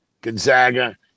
Gonzaga